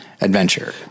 adventure